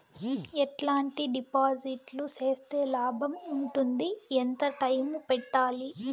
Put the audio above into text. ఎట్లాంటి డిపాజిట్లు సేస్తే లాభం ఉంటుంది? ఎంత టైము పెట్టాలి?